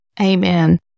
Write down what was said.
Amen